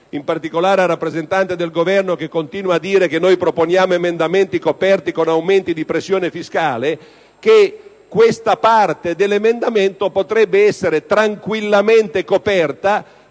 in particolare al rappresentante del Governo, che continua a dire che proponiamo emendamenti coperti con aumenti di pressione fiscale, che questa parte dell'emendamento potrebbe essere tranquillamente coperta